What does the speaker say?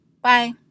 Bye